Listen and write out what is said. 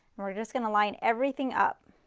we're just going to line everything up.